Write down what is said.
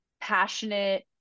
passionate